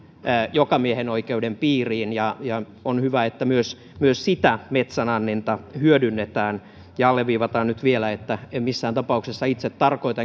jokamiehenoikeuden piiriin ja ja on hyvä että myös myös sitä metsän anninta hyödynnetään ja alleviivataan nyt vielä että en missään tapauksessa itse tarkoita